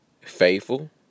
faithful